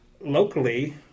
locally